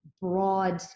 broad